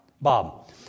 Bob